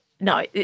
no